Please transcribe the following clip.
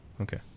Okay